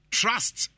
trust